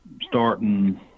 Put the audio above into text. starting